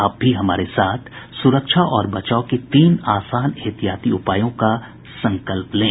आप भी हमारे साथ सुरक्षा और बचाव के तीन आसान एहतियाती उपायों का संकल्प लें